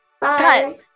bye